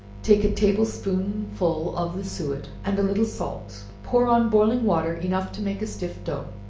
take a table-spoonful of the suet and a little salt pour on boiling water enough to make a stiff dough,